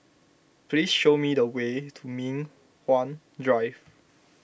please show me the way to Mei Hwan Drive